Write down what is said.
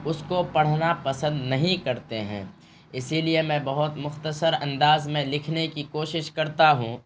اس کو پڑھنا پسند نہیں کرتے ہیں اسی لیے میں بہت مختصر انداز میں لکھنے کی کوشش کرتا ہوں